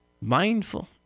mindful